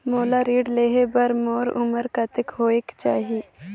मोला ऋण लेहे बार मोर उमर कतेक होवेक चाही?